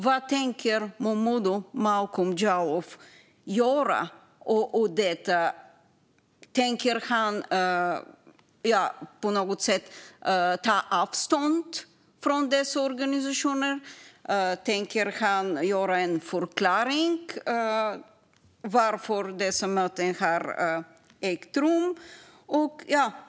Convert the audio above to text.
Vad tänker Momodou Malcolm Jallow göra åt detta? Tänker han ta avstånd från dessa organisationer? Tänker han lämna en förklaring till varför dessa möten har ägt rum?